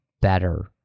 better